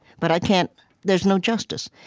but i can't there's no justice.